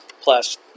plus